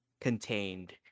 contained